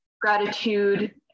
gratitude